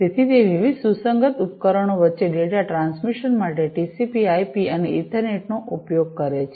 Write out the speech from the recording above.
તેથી તે વિવિધ સુસંગત ઉપકરણો વચ્ચે ડેટા ટ્રાન્સમિશન માટે ટીસીપીઆઈપી TCP IP અને ઇથરનેટ નો ઉપયોગ કરે છે